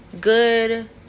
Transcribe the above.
good